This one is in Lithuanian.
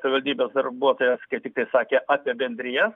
savivaldybės darbuotojas kaip tik tai sakė apie bendriją